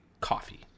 coffee